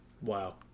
Wow